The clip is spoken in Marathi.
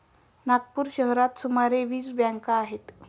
नागपूर शहरात सुमारे वीस बँका आहेत